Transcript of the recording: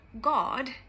God